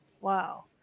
Wow